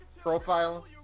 Profile